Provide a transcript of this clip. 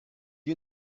you